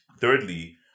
Thirdly